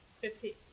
Fifteen